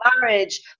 marriage